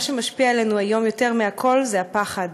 מה שמשפיע עלינו היום יותר מכול זה הפחד,